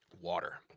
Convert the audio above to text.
Water